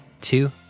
two